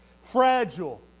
fragile